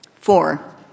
Four